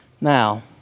Now